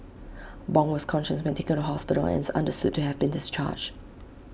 Bong was conscious when taken to hospital and is understood to have been discharged